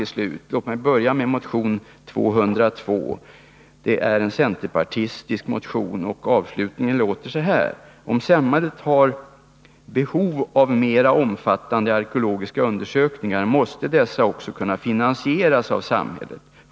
Låt mig börja med motion 202. Det är en centerpartistisk motion, och avslutningen låter så här: ”Om samhället har behov av mera omfattande arkeologiska undersökningar måste dessa också kunna finansieras av samhället.